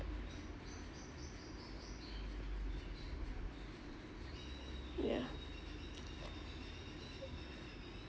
ya